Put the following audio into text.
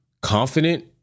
confident